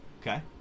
okay